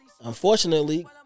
Unfortunately